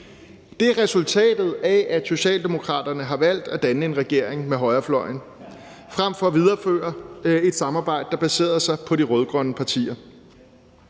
Det er resultatet af, at Socialdemokraterne har valgt at danne en regering med højrefløjen frem for at videreføre et samarbejde, der baserede sig på de rød-grønne partier.